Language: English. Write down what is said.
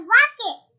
Rocket